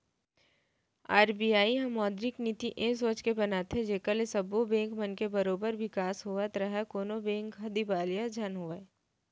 RBI ह मौद्रिक नीति ए सोच बनाथे जेखर ले सब्बो बेंक मन के बरोबर बिकास होवत राहय कोनो बेंक ह दिवालिया झन होवय